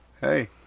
Hey